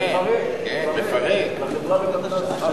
מפרק לחברה למתנ"סים.